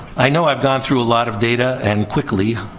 i know i've gone through a lot of data and quickly.